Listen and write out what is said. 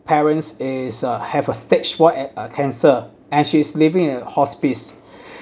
parents is uh have a stage four a~ uh cancer and she's living in a hospice